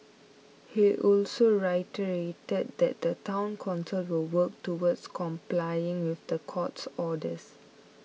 he also reiterated that the Town Council will work towards complying with the court's orders